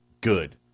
good